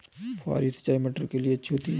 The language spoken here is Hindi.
फुहारी सिंचाई मटर के लिए अच्छी होती है?